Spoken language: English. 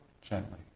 gently